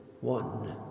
one